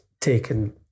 taken